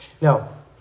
Now